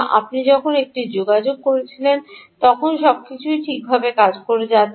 আপনি যখন যোগাযোগ করেছিলেন তখন সবকিছুই ঠিকঠাকভাবে কাজ করে যাচ্ছিল